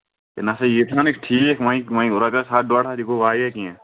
تیٚلہِ ہسا ییٚتہِ وَنکھ ٹھیٖک وۄنۍ وۄنۍ رۄپِیس ہَتھ ڈۄڈ ہتھ یہِ گوٚو واریاہ کیٚنٛہہ